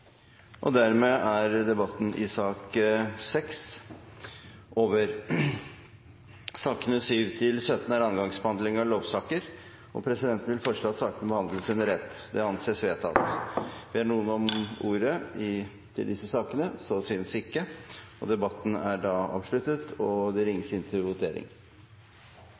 Dermed er debatten i sak nr. 6 over. Sakene nr. 7–17 gjelder andre gangs behandling av lovsaker, og presidenten vil foreslå at sakene behandles under ett. – Det anses vedtatt. Ingen har bedt om ordet til sakene nr. 7–17. Da er Stortinget klar til å gå til votering. Under debatten er det